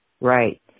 right